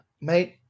mate